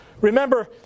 Remember